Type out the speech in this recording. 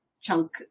chunk